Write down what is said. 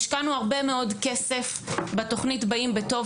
השקענו הרבה מאוד כסף בתוכנית "באים בטוב",